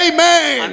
Amen